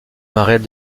marais